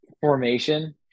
formation